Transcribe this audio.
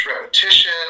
repetition